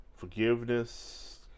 Forgiveness